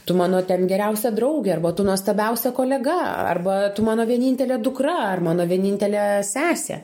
tu mano ten geriausia draugė arba tu nuostabiausia kolega arba tu mano vienintelė dukra ar mano vienintelė sesė